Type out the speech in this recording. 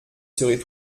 serez